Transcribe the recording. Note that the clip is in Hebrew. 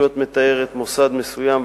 אם את מתארת מוסד מסוים,